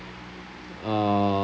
uh